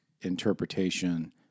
interpretation